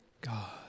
God